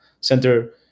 center